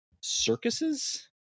circuses